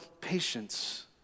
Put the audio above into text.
patience